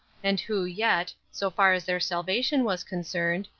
and who yet, so far as their salvation was concerned,